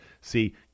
See